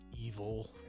evil